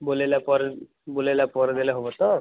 ବୁଲେଇଲା ପରେ ବୁଲେଇଲା ପରେ ଦେଲେ ହେବ ତ